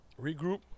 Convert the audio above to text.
regroup